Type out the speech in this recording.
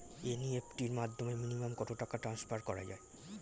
NEFT র মাধ্যমে minimum কত টাকা টান্সফার করা যায়?